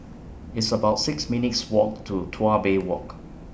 It's about six minutes' Walk to Tuas Bay Walk